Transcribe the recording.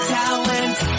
talent